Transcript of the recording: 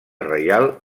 reial